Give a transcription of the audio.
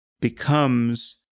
becomes